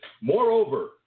moreover